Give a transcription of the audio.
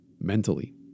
mentally